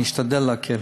אני אשתדל להקל.